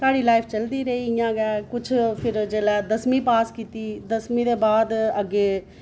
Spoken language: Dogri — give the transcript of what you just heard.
साढ़ी लाइफ चलदी रेही इ'यां गै कुछ फिर जिसलै दसमीं पास कीती दसमीं दे बाद अग्गै